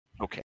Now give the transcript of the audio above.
Okay